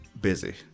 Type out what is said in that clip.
busy